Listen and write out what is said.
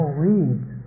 weeds